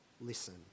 listen